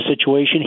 situation